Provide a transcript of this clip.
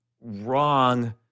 wrong